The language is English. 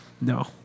no